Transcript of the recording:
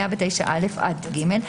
109(א) עד (ג),